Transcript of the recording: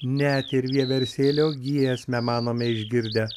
net ir vieversėlio giesmę manome išgirdę